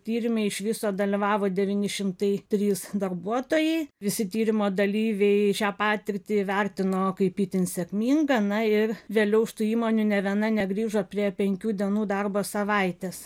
tyrime iš viso dalyvavo devyni šimtai trys darbuotojai visi tyrimo dalyviai šią patirtį įvertino kaip itin sėkminga na ir vėliau iš tų įmonių nė viena negrįžo prie penkių dienų darbo savaitės